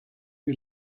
who